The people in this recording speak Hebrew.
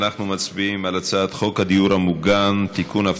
אנחנו מצביעים על הצעת חוק הדיור המוגן (תיקון,